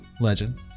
legend